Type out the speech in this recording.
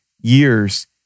years